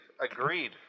agreed